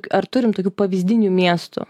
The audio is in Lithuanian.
ar turim tokių pavyzdinių miestų